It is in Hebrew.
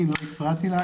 לא הפרעתי לה,